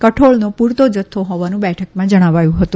કઠોળનો પુરતો જથ્થો હોવાનું બેઠકમાં જણાવાયું હતું